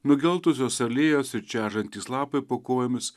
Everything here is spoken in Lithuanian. nugeltusios alėjos ir čežantys lapai po kojomis